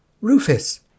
rufus